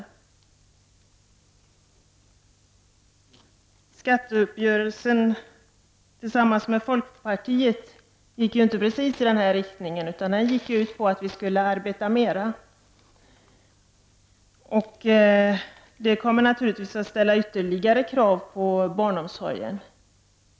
Socialdemokraternas skatteuppgörelse tillsammans med folkpartiet gick inte precis i den riktningen, utan den gick ut på att vi skulle arbeta mer. Det kommer naturligtvis att ställa ytterligare krav på barnomsorgen.